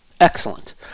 Excellent